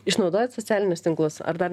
išnaudojat socialinius tinklus ar dar